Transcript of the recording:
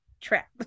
Trap